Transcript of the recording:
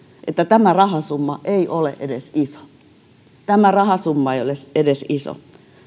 että tämä rahasumma ei ole edes iso tämä rahasumma ei ole edes iso